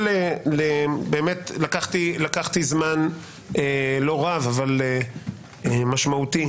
לקחתי זמן לא רב אבל משמעותי,